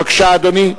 בבקשה, אדוני.